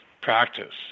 practice